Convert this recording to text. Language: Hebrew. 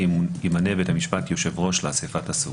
ימנה ביצת השפט יושב ראש לאיספת הסוג.